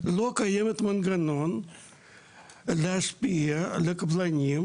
לא קיים מנגנון להשפיע על קבלנים,